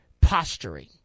posturing